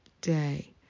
day